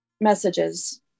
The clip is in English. messages